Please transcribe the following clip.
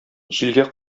җилгә